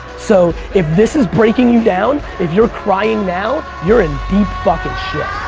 so, if this is breaking you down, if you're crying now you're in deep fucking shit.